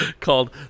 called